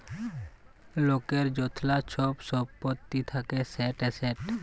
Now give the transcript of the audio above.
লকের য্তলা ছব ছম্পত্তি থ্যাকে সেট এসেট